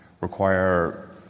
require